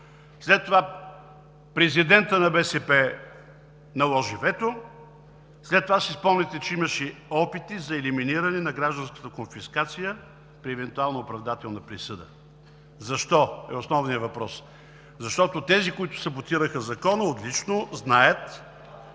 след това президентът на БСП наложи вето, след това си спомняте, че имаше опити за елиминиране на гражданската конфискация при евентуална оправдателна присъда. Защо е основният въпрос. Защото тези, които саботираха Закона, отлично знаят